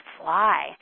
fly